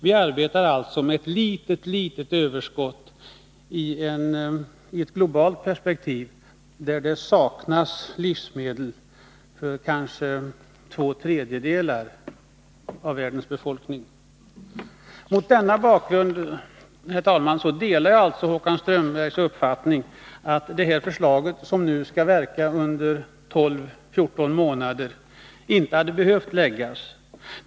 Vi arbetar alltså med ett litet, litet överskott i ett globalt perspektiv, när det saknas livsmedel för kanske två tredjedelar av världens befolkning. Mot denna bakgrund, herr talman, delar jag Håkan Strömbergs uppfattning att det nu framlagda förslaget om ett förbud som skall verka under 12-14 månader inte hade behövt läggas fram.